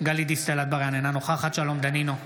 גלית דיסטל אטבריאן, אינה נוכחת שלום דנינו,